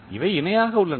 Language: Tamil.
இவை இணையாக உள்ளன